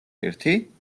ერთი